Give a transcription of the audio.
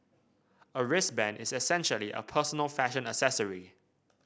a wristband is essentially a personal fashion accessory